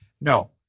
No